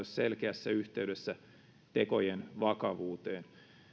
selkeässä yhteydessä tekojen vakavuuteen